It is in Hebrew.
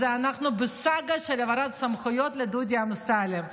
אז אנחנו בסאגה של העברת סמכויות לדודי אמסלם.